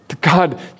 God